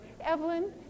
Evelyn